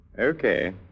Okay